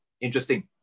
Interesting